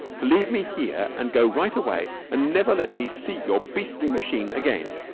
to leave me here, and go right away, and never let me see your beastly machine again.